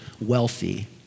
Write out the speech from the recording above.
wealthy